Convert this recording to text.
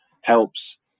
helps